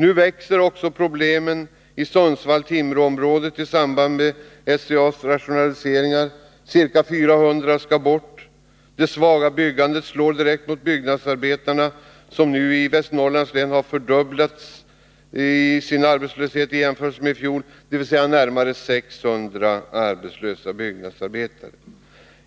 Nu växer problemen också i Sundsvall-Timråområdet i samband med SCA:s rationalisering — där skall ca 400 arbeten bort. Det svaga byggandet slår direkt mot byggnadsarbetarna. Arbetslösheten för byggnadsarbetarna i Västernorrlands län har fördubblats. Där finns med andra ord närmare 600 arbetslösa byggnadsarbetare.